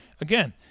again